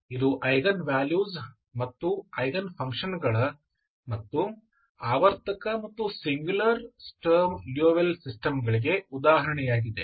ಇದು eigen values ಮತ್ತು eigen ಫಂಕ್ಷನ್ಗಳ ಮತ್ತು ಆವರ್ತಕ ಮತ್ತು ಸಿಂಗುಲರ್ ಸ್ಟರ್ಮ್ ಲಿಯೊವಿಲ್ಲೆ ಸಿಸ್ಟಮ್ಗಳಿಗೆ ಉದಾಹರಣೆಯಾಗಿದೆ